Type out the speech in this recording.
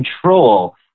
control